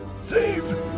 Save